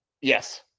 Yes